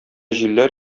җилләр